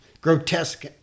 grotesque